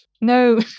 No